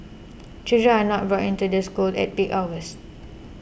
children are not brought into the school at peak hours